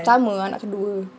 sama anak kedua